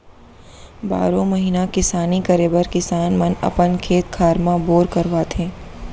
बारो महिना किसानी करे बर किसान मन अपन खेत खार म बोर करवाथे